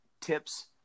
tips